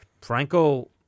Franco